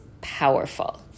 powerful